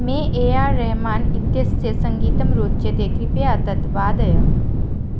may A R Rahman इत्यस्य सङ्गीतं रोच्यते कृपया तत् वादय